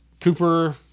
Cooper